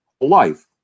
life